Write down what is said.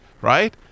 right